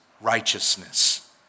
righteousness